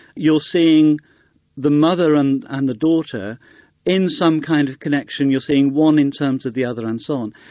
you're seeing the mother and and the daughter in some kind of connection, you're seeing one in terms of the other, and so on.